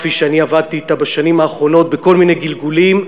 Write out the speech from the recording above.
כפי שאני עבדתי אתה בשנים האחרונות בכל מיני גלגולים,